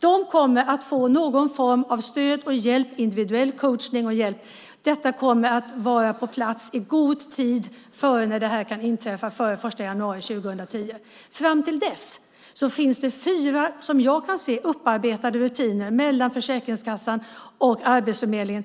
De kommer att få någon form av stöd och hjälp, individuell coachning och hjälp. Det kommer att vara på plats i god tid innan detta kommer att inträffa den 1 januari. Fram till dess finns det som jag kan se fyra upparbetade rutiner mellan Försäkringskassan och Arbetsförmedlingen.